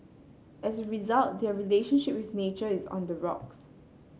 as a result their relationship with nature is on the rocks